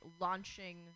launching